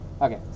Okay